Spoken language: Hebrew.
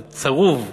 זה צרוב בתודעה,